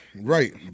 Right